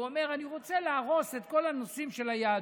הוא אומר: אני רוצה להרוס את כל הנושאים של היהדות.